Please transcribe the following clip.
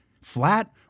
flat